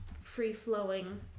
free-flowing